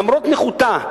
למרות נכותה,